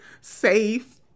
safe